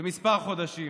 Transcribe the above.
בכמה חודשים?